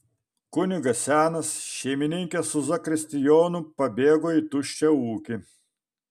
kunigas senas šeimininkė su zakristijonu pabėgo į tuščią ūkį